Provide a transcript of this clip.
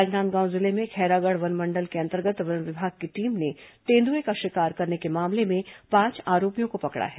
राजनादगांव जिले में खैरागढ़ वनमंडल के अंतर्गत वन विभाग की टीम ने तेंदुएं का शिकार करने के मामले में पांच आरोपियों को पकड़ा है